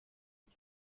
und